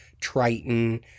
Triton